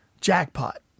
Jackpot